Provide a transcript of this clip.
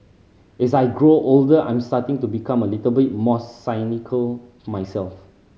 as I grow older I'm starting to become a little bit more cynical myself